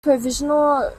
provincial